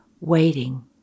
waiting